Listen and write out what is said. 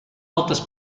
altes